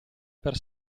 per